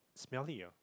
it's smelly ah